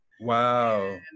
Wow